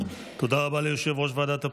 תודה רבה ליושב-ראש ועדת הפנים.